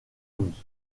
louis